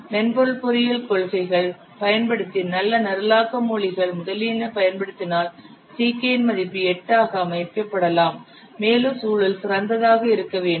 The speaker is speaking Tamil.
மென்பொருள் பொறியியல் கொள்கைகள் பயன்படுத்தி நல்ல நிரலாக்க மொழிகள் முதலியன பயன்படுத்தினால் Ck இன் மதிப்பு 8 ஆக அமைக்கப்படலாம் மேலும் சூழல் சிறந்ததாக இருக்க வேண்டும்